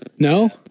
No